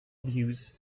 abuse